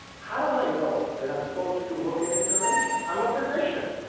how do i know that i'm supposed to look at information? i'm a physician.